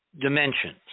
dimensions